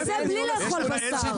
וזה בלי לאכול בשר.